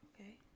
Okay